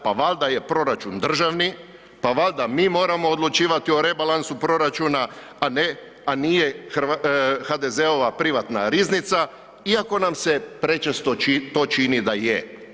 Pa valjda je proračun državni, pa valjda mi moramo odlučivati o rebalansu proračuna, a nije HDZ-ova privatna riznica iako nam se to prečesto čini da je.